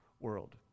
world